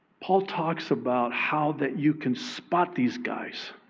paul talks about how that you can spot these guys